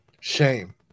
Shame